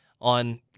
on